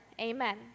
Amen